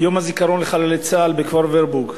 בטקס יום הזיכרון לחללי צה"ל בכפר-ורבורג.